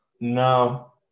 no